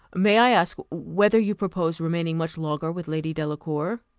may i ask whether you purpose remaining much longer with lady delacour?